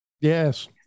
Yes